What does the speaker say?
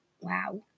Wow